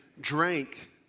drank